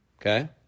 okay